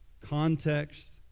Context